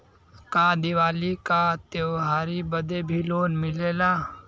का दिवाली का त्योहारी बदे भी लोन मिलेला?